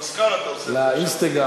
לתת השתתפויות במקומות שהדבר דרוש.